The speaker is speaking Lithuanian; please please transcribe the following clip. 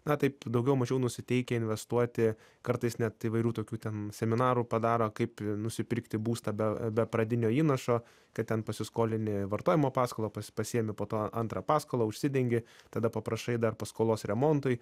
na taip daugiau mažiau nusiteikę investuoti kartais net įvairių tokių ten seminarų padaro kaip nusipirkti būstą be be pradinio įnašo kad ten pasiskolini vartojimo paskolą pasiemi po to antrą paskolą užsidengi tada paprašai dar paskolos remontui